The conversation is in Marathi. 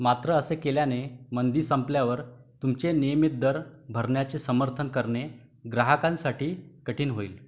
मात्र असे केल्याने मंदी संपल्यावर तुमचे नियमित दर भरण्याचे समर्थन करणे ग्राहकांसाठी कठीण होईल